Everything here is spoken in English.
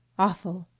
awful!